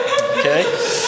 Okay